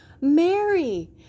Mary